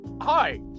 hi